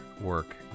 work